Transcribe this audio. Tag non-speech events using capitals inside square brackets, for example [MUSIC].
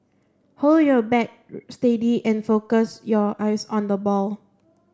hold your bat [UNINTELLIGIBLE] steady and focus your eyes on the ball